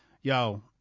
Yo